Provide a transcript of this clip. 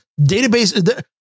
database